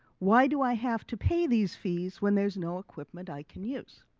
why do i have to pay these fees when there's no equipment i can use?